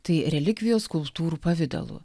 tai relikvijos skulptūrų pavidalu